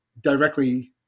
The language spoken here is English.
directly –